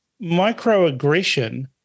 microaggression